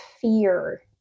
fear